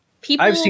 people